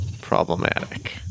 problematic